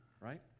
right